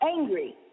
angry